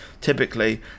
typically